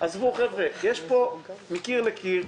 עזבו, חבר'ה, יש פה מקיר אל קיר הסכמה.